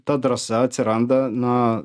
ta drąsa atsiranda na